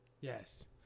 Yes